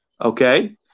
Okay